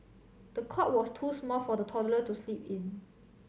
the cot was too small for the toddler to sleep in